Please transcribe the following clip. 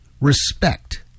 Respect